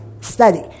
study